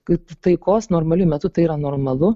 kaip taikos normaliu metu tai yra normalu